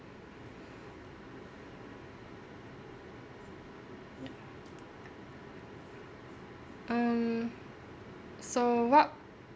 ya um so what